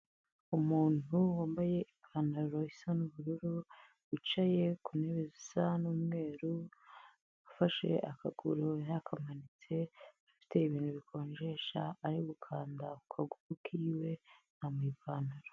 Umuntu wambaye ipantaro isa n'ubururu wicaye ku ntebe zisa n'umweru ufashe akaguru yakamanitse, afite ibintu bikonjesha ari gukanda ku kaguru kiwe yambaye ipantaro.